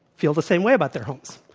feel the same way about their homes.